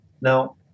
Now